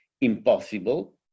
impossible